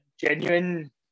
genuine